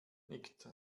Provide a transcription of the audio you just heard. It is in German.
nickt